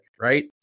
right